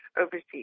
overseas